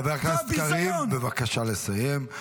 חבר הכנסת קריב, בבקשה לסיים.